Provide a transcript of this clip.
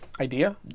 Idea